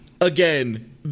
again